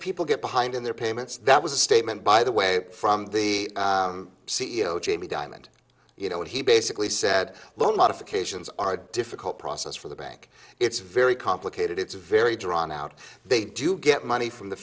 people get behind in their payments that was a statement by the way from the c e o jamie diamond you know he basically said loan modifications are a difficult process for the bank it's very complicated it's very drawn out they do get money from the